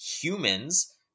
humans